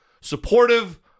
supportive